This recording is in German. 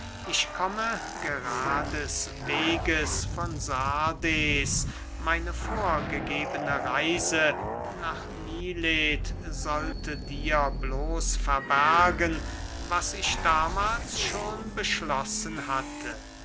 ich komme gerades weges von sardes meine vorgegebene reise nach milet sollte dir bloß verbergen was ich damahls schon beschlossen hatte